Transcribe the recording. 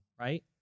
Right